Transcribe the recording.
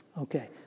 Okay